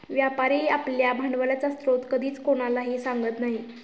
व्यापारी आपल्या भांडवलाचा स्रोत कधीच कोणालाही सांगत नाही